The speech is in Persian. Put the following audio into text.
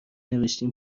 نوشتین